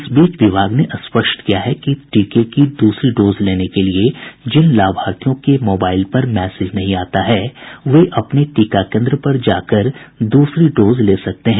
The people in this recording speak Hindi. इस बीच विभाग ने स्पष्ट किया है कि टीके की दूसरी डोज लेने के लिए जिन लाभार्थियों के मोबाईल पर मैसेज नहीं आता है वे अपने टीका केन्द्र पर जाकर दूसरी डोज ले सकते हैं